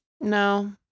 No